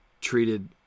treated